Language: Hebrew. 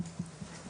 בבקשה.